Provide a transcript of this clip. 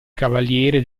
cavaliere